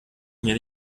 mir